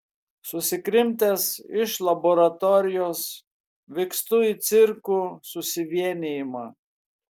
susikrimtęs iš laboratorijos vykstu į cirkų susivienijimą